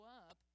up